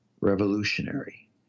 revolutionary